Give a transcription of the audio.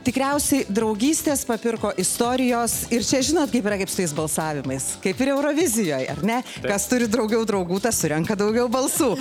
tikriausiai draugystės papirko istorijos ir čia žinot kaip yra kaip su tais balsavimais kaip ir eurovizijoje ar ne kas turi daugiau draugų tas surenka daugiau balsų